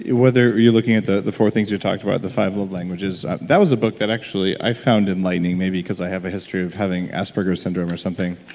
whether you're looking at the the four things you talked about, the five love languages that was a book that actually i found enlightening, maybe because i have a history of having asperger's syndrome or something.